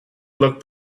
looked